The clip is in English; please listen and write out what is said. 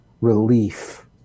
relief